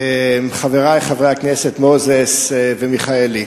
חברי חברי הכנסת מוזס ומיכאלי,